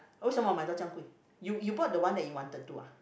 为什么买到这样贵 you you bought the one that you wanted to ah